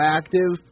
active